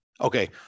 okay